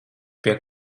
pie